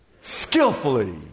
skillfully